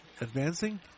Advancing